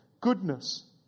goodness